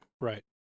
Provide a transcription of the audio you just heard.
Right